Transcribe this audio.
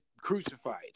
crucified